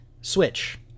switch